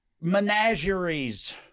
Menageries